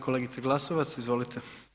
Kolegice Glasovac, izvolite.